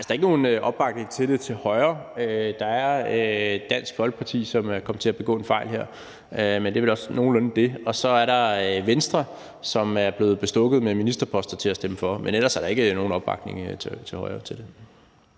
der er ikke nogen opbakning til det fra højre side. Der er Dansk Folkeparti, som er kommet til at begå en fejl her, men det er vel også nogenlunde det. Og så er der Venstre, som er blevet bestukket med ministerposter til at stemme for; men ellers er der ikke nogen opbakning fra højre side